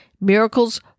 Miracles